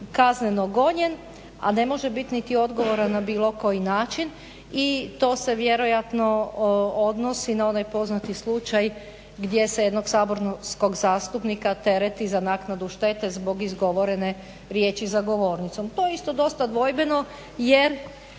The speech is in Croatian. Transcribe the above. kazneno gonjen, a ne može biti niti odgovoran na bilo koji način, i to se vjerojatno odnosi na onaj poznati slučaj gdje se jednog saborskog zastupnika tereti za naknadu štete zbog izgovorene riječi za govornicom. To je isto dosta dvojbeno, jer